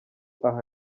aha